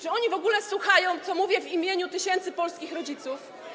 Czy oni w ogóle słuchają, co mówię w imieniu tysięcy polskich rodziców?